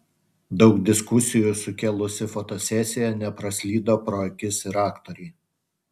daug diskusijų sukėlusi fotosesija nepraslydo pro akis ir aktorei